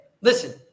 Listen